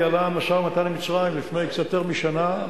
ניהלה משא-ומתן עם מצרים לפני קצת יותר משנה.